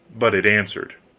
but it answered.